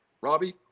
Robbie